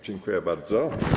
Dziękuję bardzo.